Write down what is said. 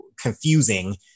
confusing